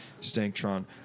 Stanktron